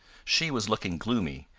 she was looking gloomy,